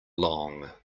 long